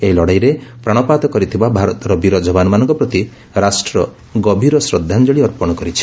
ଏହି ଲଢ଼େଇରେ ପ୍ରାଣପାତ କରିଥିବା ଭାରତ ବୀର ଯବାନମାନଙ୍କ ପ୍ରତି ରାଷ୍ଟ୍ର ଗଭୀର ଶ୍ରଦ୍ଧାଞ୍ଚଳି ଅର୍ପଣ କରୁଛି